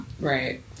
Right